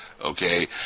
Okay